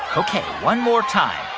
ok, one more time.